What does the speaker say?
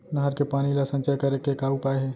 नहर के पानी ला संचय करे के का उपाय हे?